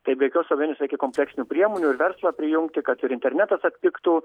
tai be jokios abejonės reikia kompleksinių priemonių ir verslą prijungti kad ir internetas atpigtų